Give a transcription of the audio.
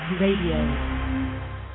Radio